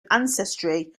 ancestry